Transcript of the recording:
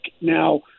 Now